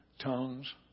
Tongues